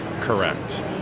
Correct